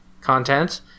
content